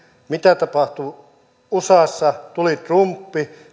mitä tapahtui usassa tuli trump